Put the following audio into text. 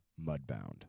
Mudbound